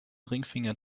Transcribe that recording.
ringfinger